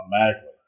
automatically